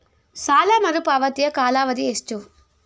ಸಾಲ ಮರುಪಾವತಿಯ ಕಾಲಾವಧಿ ಎಷ್ಟು?